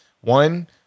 one